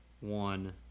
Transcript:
one